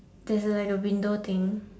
there's like a window thing